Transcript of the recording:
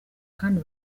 kandi